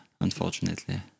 unfortunately